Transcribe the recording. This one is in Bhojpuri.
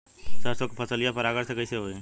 सरसो के फसलिया परागण से कईसे होई?